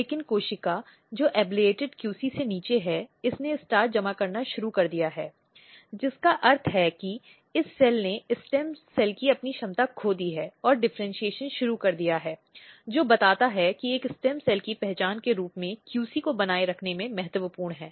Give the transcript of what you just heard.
लेकिन कोशिका जो एब्लेटेड QC से नीचे है इसने स्टार्च जमा करना शुरू कर दिया है जिसका अर्थ है कि इस सेल ने स्टेम सेल की अपनी क्षमता खो दी है और डिफ़र्इन्शीएशन शुरू कर दिया है जो बताता है कि एक स्टेम सेल की पहचान के रूप में QC को बनाए रखने में महत्वपूर्ण है